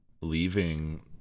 leaving